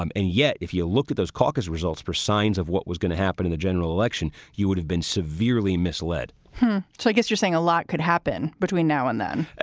um and yet, if you look at those caucus results for signs of what was going to happen in the general election, you would have been severely misled so i guess you're saying a lot could happen between now and then.